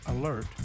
alert